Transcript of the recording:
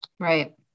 Right